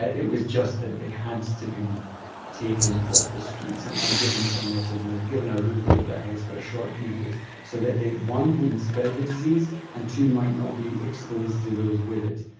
it was just that they had to be taken off the streets and and given somewhere to live, given a roof over their heads for a short period so that they one, wouldn't spread the disease and two, might not be exposed to those with it.